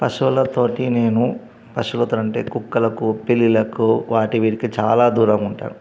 పశువులతోటి నేను పశువులతో అంటే కుక్కలకు పిల్లులకు వాటి వీటికి చాలా దూరంగా ఉంటాను